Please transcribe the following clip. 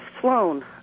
Flown